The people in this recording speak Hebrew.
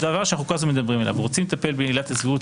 הדבר שאנחנו כל הזמן מדברים עליו ורוצים לטפל בעילת הסבירות,